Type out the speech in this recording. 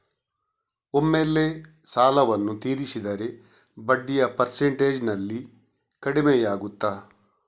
ಒಮ್ಮೆಲೇ ಸಾಲವನ್ನು ತೀರಿಸಿದರೆ ಬಡ್ಡಿಯ ಪರ್ಸೆಂಟೇಜ್ನಲ್ಲಿ ಕಡಿಮೆಯಾಗುತ್ತಾ?